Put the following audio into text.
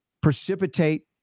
precipitate